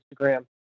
Instagram